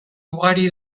ugari